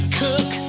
cook